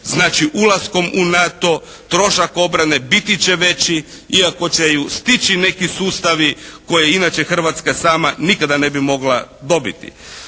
Znači, ulaskom u NATO trošak obrane biti će veći iako će stići neki sustavi koje inače Hrvatska sama nikada ne bi mogla dobiti.